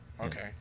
Okay